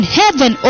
heaven